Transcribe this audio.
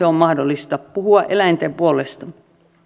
on mahdollista puhua eläinten puolesta